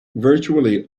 virtually